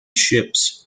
ships